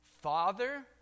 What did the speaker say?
Father